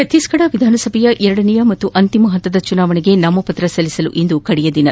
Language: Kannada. ಛತ್ತೀಸಗಧ ವಿಧಾನಸಭೆಯ ಎರಡನೇ ಹಾಗೂ ಅಂತಿಮ ಹಂತದ ಚುನಾವಣೆಗೆ ನಾಮಪತ್ರ ಸಲ್ಲಿಸಲು ಇಂದು ಕಡೆಯ ದಿನ